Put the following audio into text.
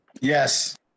Yes